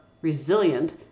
resilient